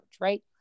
right